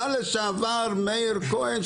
השר לשעבר מאיר כהן,